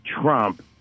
Trump